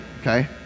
okay